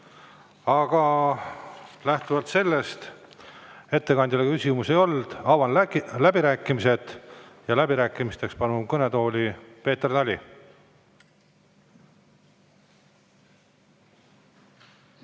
ole. Lähtuvalt sellest, et ettekandjale küsimusi ei olnud, avan läbirääkimised. Läbirääkimisteks palun kõnetooli Peeter Tali.